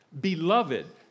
Beloved